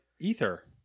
Ether